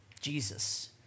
Jesus